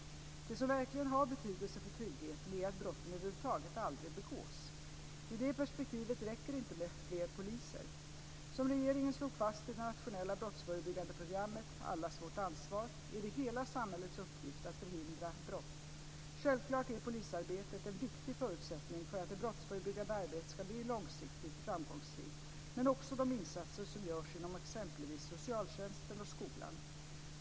Det som verkligen har betydelse för tryggheten är att brotten över huvud taget aldrig begås. I det perspektivet räcker det inte med flera poliser. Som regeringen slog fast i det nationella brottsförebyggande programmet Allas vårt ansvar är det hela samhällets uppgift att förhindra brott. Självklart är polisarbetet en viktig förutsättning för att det brottsförebyggande arbetet ska bli långsiktigt framgångsrikt men också de insatser som görs inom exempelvis socialtjänsten och skolan.